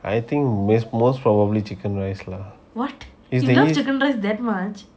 I think is most probably chicken rice lah is the east~